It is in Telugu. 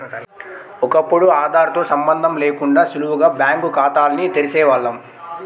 ఒకప్పుడు ఆదార్ తో సంబందం లేకుండా సులువుగా బ్యాంకు కాతాల్ని తెరిసేవాల్లం